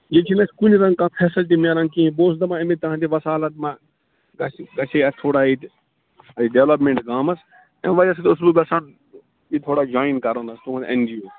ییٚتہِ چھَنہٕ اَسہِ کُنہِ رنٛگہٕ کانٛہہ فیسلٹی میلان کیٚنٛہہ بہٕ اوسُس دَپان اَمی تُہٕنٛدِ وَسالت ما گَژھِ گَژھِ ہے اَتھ تھوڑا ییٚتہِ ڈیولپمٮ۪نٛٹ گامس اَمہِ وجہ سۭتۍ اوسُس بہٕ یژھان یہِ تھوڑا جۄایِن کَرُن حظ تُہنٛد اٮ۪ن جی او